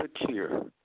secure